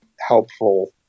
helpful